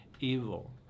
evil